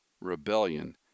Rebellion